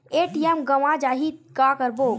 ATM गवां जाहि का करबो?